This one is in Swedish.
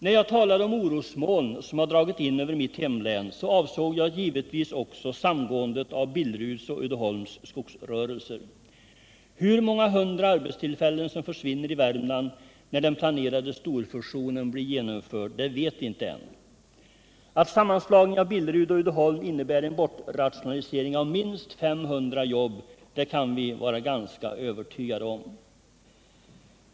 När jag talade om orosmoln som dragit in över mitt hemlän avsåg jag givetvis också samgåendet mellan Billeruds och Uddeholms skogsrörelser. Hur många hundra arbetstillfällen som försvinner i Värmland när den planerade storfusionen blir genomförd vet vi inte än. Men att sammanslagningen av Billerud och Uddeholm innebär en bortrationalisering av minst 500 jobb kan vi vara ganska övertygande om.